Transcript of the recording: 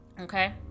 okay